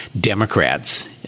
Democrats